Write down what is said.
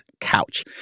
couch